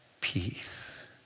peace